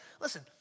listen